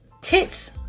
tits